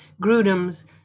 Grudem's